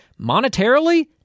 Monetarily